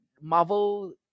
Marvel